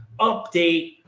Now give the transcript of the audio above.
Update